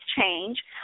change